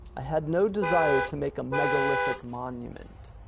i had no desire to make a megalithic monument.